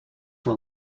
were